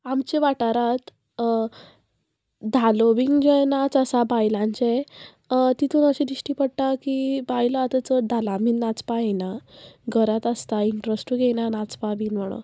आमच्या वाठारांत धालो बीन जे नाच आसा बायलांचे तितून अशें दिश्टी पडटा की बायलो आतां चड धालां बीन नाचपा येना घरांत आसता इंट्रस्टूय येयना नाचपा बीन म्हणोन